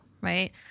right